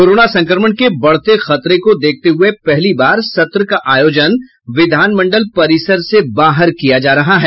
corona संक्रमण के बढ़ते खतरे को देखते हुए पहली बार सत्र का आयोजन विधानमंडल परिसर से बाहर किया जा रहा है